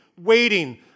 waiting